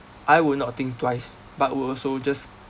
I would not think twice but will also just